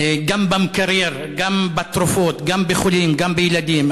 גם במקרר, גם בתרופות, גם בחולים, גם בילדים.